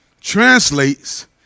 translates